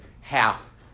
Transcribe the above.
half